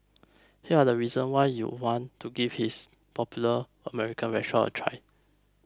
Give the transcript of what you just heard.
here are the reasons why you want to give this popular American restaurant a try